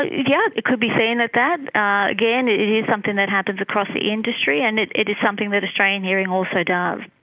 yeah it it could be seen as that. again, it it is something that happens across the industry, and it it is something that australian hearing also does.